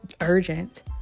urgent